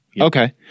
okay